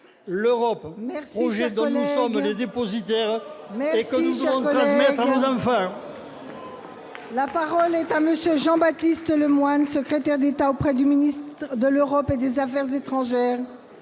l'Europe, projet dont nous sommes les dépositaires et que nous devons transmettre à nos enfants ? La parole est à M. le secrétaire d'État auprès du ministre de l'Europe et des affaires étrangères.